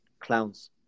clowns